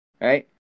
right